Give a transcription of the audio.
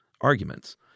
arguments